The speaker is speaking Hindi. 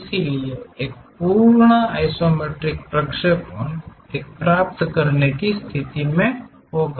इसलिए एक पूर्ण आइसोमेट्रिक प्रक्षेपण एक प्राप्त करने की स्थिति में होगा